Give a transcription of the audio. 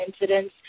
incidents